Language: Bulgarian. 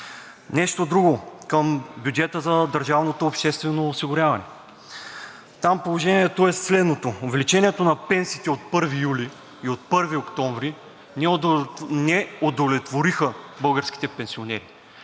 Нещо друго към бюджета за държавното обществено осигуряване. Там положението е следното: увеличението на пенсиите от 1 юли и от 1 октомври не удовлетвориха българските пенсионери.